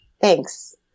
thanks